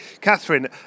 Catherine